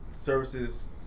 Services